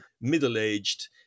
middle-aged